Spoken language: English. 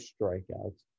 strikeouts